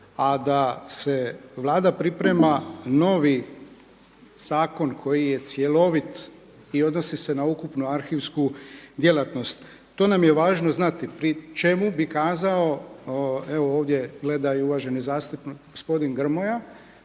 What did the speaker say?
a da Vlada priprema novi zakon koji je cjelovit i odnosi se na ukupnu arhivsku djelatnost. To nam je važno znati pri čemu bi kazao evo ovdje gleda i uvaženi gospodin Grmoja,